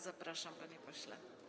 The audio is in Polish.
Zapraszam, panie pośle.